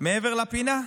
מעבר לפינה.